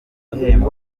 bitera